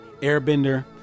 airbender